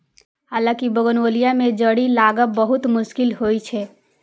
हालांकि बोगनवेलिया मे जड़ि लागब बहुत मुश्किल होइ छै